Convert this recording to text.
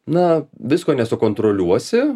na visko nesukontroliuosi